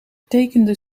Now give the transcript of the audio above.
tekende